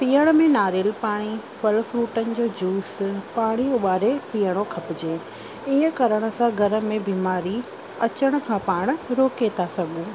पीअण में नारेल पाणी फल फ्रूटनि जो जूस पाणी उॿारे पीअणो खपिजे ईअं करण सां घर में बीमारी अचण खां पाण रोके था सघूं